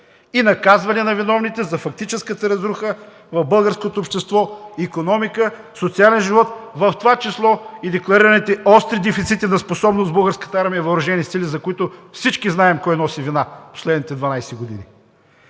и наказване на виновните за фактическата разруха в българското общество, икономика, социален живот, в това число и декларираните остри дефицити на способност в Българската армия и въоръжените сили, за които всички знаем кой носи вина в последните 12 години.